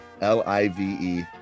L-I-V-E